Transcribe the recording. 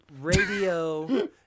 radio